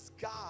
God